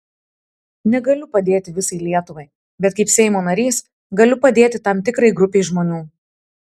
negaliu padėti visai lietuvai bet kaip seimo narys galiu padėti tam tikrai grupei žmonių